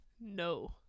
No